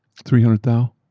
three hundred thousand.